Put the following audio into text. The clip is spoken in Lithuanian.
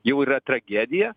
jau yra tragedija